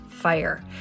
fire